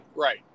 Right